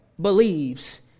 believes